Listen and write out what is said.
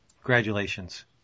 Congratulations